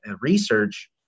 research